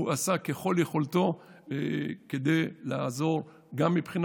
הוא עשה ככל יכולתו כדי לעזור גם מבחינה